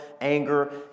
anger